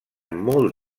molt